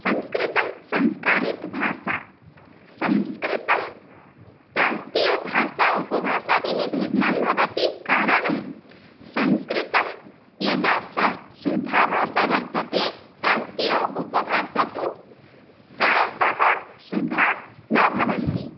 संस्कृतं संस्कारितभाषा संस्कृतं प्रान्तीयभाषा उपभाषाभिः भिन्नं भवति कारणं संस्कृतं यदा स शुद्धा भाषा वर्तते प्रान्तीय उपभाषा तु प्रायशः शुद्धा न भवति